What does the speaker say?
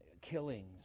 killings